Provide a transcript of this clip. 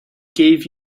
gave